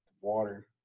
water